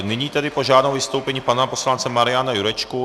Nyní tedy požádám o vystoupení pana poslance Mariana Jurečku.